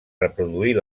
reproduir